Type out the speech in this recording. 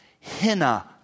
henna